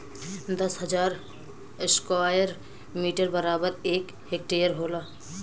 दस हजार square metre बराबर एक हेक्टेयर होला